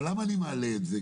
אבל למה אני מעלה את זה?